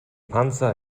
panzer